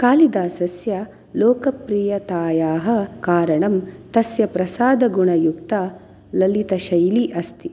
कालिदासस्य लोकप्रियतायाः कारणं तस्य प्रसादगुणयुक्तः ललितशैली अस्ति